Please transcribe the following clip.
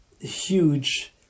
huge